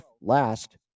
last